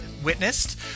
Witnessed